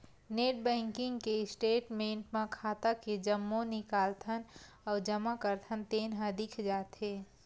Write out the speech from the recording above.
net banking के statement म खाता के जम्मो निकालथन अउ जमा करथन तेन ह दिख जाथे